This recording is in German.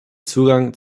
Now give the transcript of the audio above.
zugang